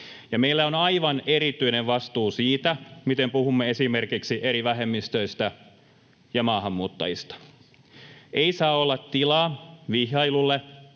meillä on aivan erityinen vastuu siitä, miten puhumme esimerkiksi eri vähemmistöistä ja maahanmuuttajista. Ei saa olla tilaa vihjailulle,